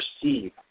perceive